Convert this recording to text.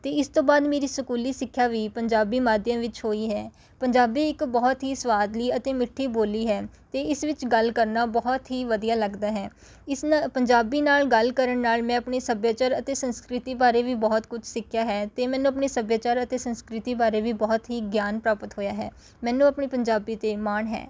ਅਤੇ ਇਸ ਤੋਂ ਬਾਅਦ ਮੇਰੀ ਸਕੂਲੀ ਸਿੱਖਿਆ ਵੀ ਪੰਜਾਬੀ ਮਾਧਿਅਮ ਵਿੱਚ ਹੋਈ ਹੈ ਪੰਜਾਬੀ ਇੱਕ ਬਹੁਤ ਹੀ ਸੁਆਦਲੀ ਅਤੇ ਮਿੱਠੀ ਬੋਲੀ ਹੈ ਅਤੇ ਇਸ ਵਿੱਚ ਗੱਲ ਕਰਨਾ ਬਹੁਤ ਹੀ ਵਧੀਆ ਲੱਗਦਾ ਹੈ ਇਸ ਨਾ ਪੰਜਾਬੀ ਨਾਲ ਗੱਲ ਕਰਨ ਨਾਲ ਮੈਂ ਆਪਣੇ ਸੱਭਿਆਚਾਰ ਅਤੇ ਸੰਸਕ੍ਰਿਤੀ ਬਾਰੇ ਵੀ ਬਹੁਤ ਕੁਝ ਸਿੱਖਿਆ ਹੈ ਅਤੇ ਮੈਨੂੰ ਆਪਣੇ ਸੱਭਿਆਚਾਰ ਅਤੇ ਸੰਸਕ੍ਰਿਤੀ ਬਾਰੇ ਵੀ ਬਹੁਤ ਹੀ ਗਿਆਨ ਪ੍ਰਾਪਤ ਹੋਇਆ ਹੈ ਮੈਨੂੰ ਆਪਣੀ ਪੰਜਾਬੀ 'ਤੇ ਮਾਣ ਹੈ